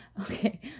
Okay